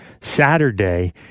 Saturday